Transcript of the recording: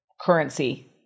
currency